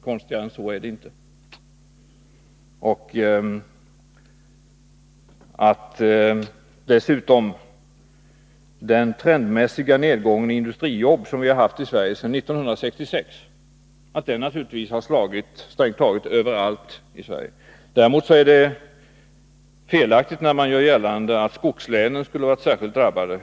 Konstigare än så är det inte. Den trendmässiga nedgången i industrijobb som vi haft i Sverige sedan 1966 har naturligtvis slagit överallt i Sverige. Däremot är det felaktigt när man gör gällande att skogslänen skulle ha varit särskilt drabbade.